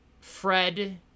Fred